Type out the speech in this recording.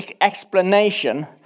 explanation